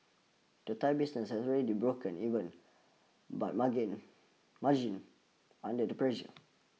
the Thai business has already broken even but margins margins under the pressure